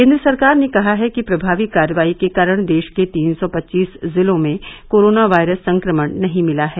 केन्द्र सरकार ने कहा है कि प्रभावी कार्रवाई के कारण देश के तीन सौ पच्चीस जिलों में कोरोना वायरस संक्रमण नहीं मिला है